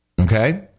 Okay